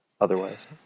otherwise